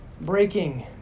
breaking